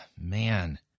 Man